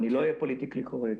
אני לא אהיה פוליטיקלי קורקט.